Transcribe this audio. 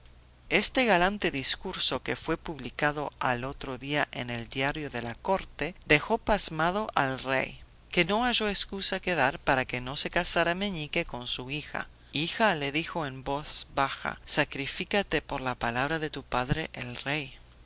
este galante discurso que fue publicado al otro día en el diario de la corte dejó pasmado al rey que no halló excusa que dar para que no se casara meñique con su hija hija le dijo en voz baja sacrifícate por la palabra de tu padre el rey